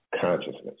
consciousness